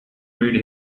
read